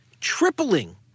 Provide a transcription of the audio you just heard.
tripling